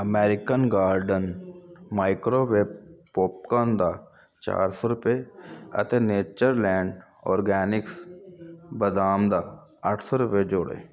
American Garden microwave popcorn ਦਾ ਚਾਰ ਸੌ ਰੁਪਏ ਅਤੇ ਨੇਚਰਲੈਂਡ ਆਰਗੈਨਿਕਸ ਬਦਾਮ ਦਾ ਅੱਠ ਸੌ ਰੁਪਏ ਜੋੜੋ